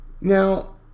now